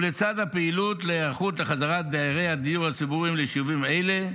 לצד הפעילות להיערכות לחזרת דיירי הדיור הציבורי ליישובים אלה,